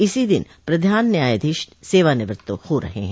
इसी दिन प्रधान न्यायाधीश सेवानिवृत्त हो रहे हैं